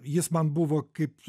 jis man buvo kaip